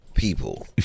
People